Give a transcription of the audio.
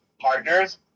partners